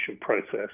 process